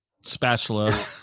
spatula